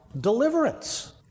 deliverance